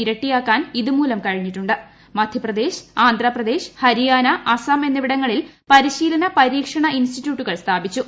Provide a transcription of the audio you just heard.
ഇരട്ടിയാക്കാൻ ഇതുമൂലം കഴിഞ്ഞിട്ടുണ്ട്ട് മധ്യപ്രദേശ് ആന്ധ്രാ പ്രദേശ് ഹരിയാന അസം എന്നിവിട്ടുള്ളിൽ പരിശീലന പരീക്ഷണ ഇൻസ്റ്റിറ്റ്യൂട്ടുകൾ സ്ഥാപിച്ചു